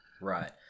Right